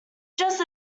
just